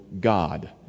God